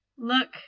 look